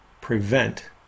prevent